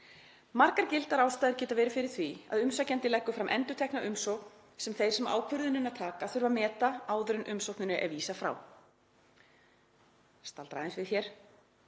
„Margar gildar ástæður geta verið fyrir því að umsækjandi leggur fram endurtekna umsókn sem þeir sem ákvörðunina taka þurfa að meta áður en umsókninni er vísað frá.“ Ég staldra aðeins við hér.